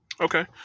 Okay